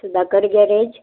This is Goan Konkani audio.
सुदाकर गॅरेज